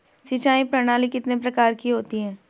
सिंचाई प्रणाली कितने प्रकार की होती हैं?